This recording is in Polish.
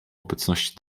obecności